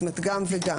זאת אומרת, גם וגם.